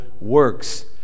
works